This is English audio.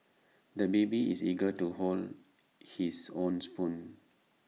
the baby is eager to hold his own spoon